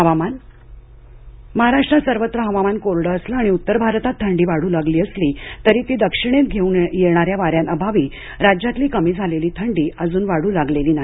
हवामान महाराष्ट्रात सर्वत्र हवामान कोरडं असलं आणि उत्तर भारतात थंडी वाढू लागली असली तरी ती दक्षिणेत घेऊन येणाऱ्या वार्यांअभावी राज्यातली कमी झालेली थंडी अजून वाढू लागलेली नाही